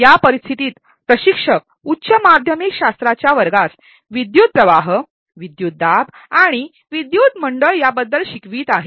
या परिस्थितीत प्रशिक्षक उच्च माध्यमिक शास्त्राच्या वर्गास विद्युतप्रवाह विद्युतदाब आणि विद्युत मंडळ या बद्दल शिकवित आहेत